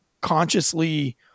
consciously